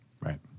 Right